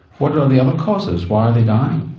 what are the other causes, why are they dying?